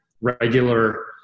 regular